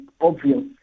obvious